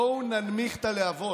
בואו ננמיך את הלהבות.